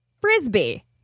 Frisbee